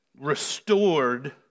restored